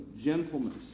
gentleness